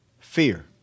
fear